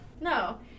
No